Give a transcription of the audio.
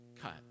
cut